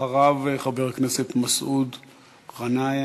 אחריו, חבר הכנסת מסעוד גנאים,